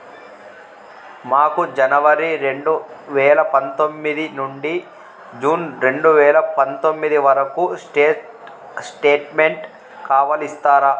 మాకు జనవరి రెండు వేల పందొమ్మిది నుండి జూన్ రెండు వేల పందొమ్మిది వరకు స్టేట్ స్టేట్మెంట్ కావాలి ఇస్తారా